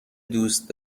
دوست